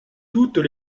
toutes